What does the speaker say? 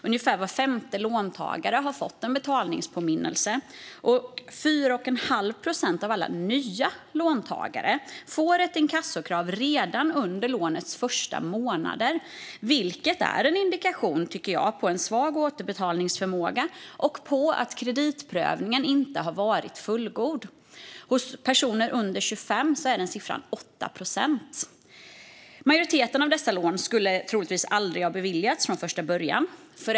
Ungefär var femte låntagare har fått en betalningspåminnelse, och 4 1⁄2 procent av alla nya låntagare får ett inkassokrav redan under lånets första månader. Det är en indikation, tycker jag, på en svag återbetalningsförmåga och på att kreditprövningen inte har varit fullgod. Bland personer under 25 år är den siffran 8 procent. Majoriteten av dessa lån skulle troligtvis aldrig ha beviljats från första början.